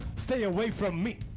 stay away from me.